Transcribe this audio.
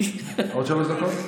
עוד שלוש דקות?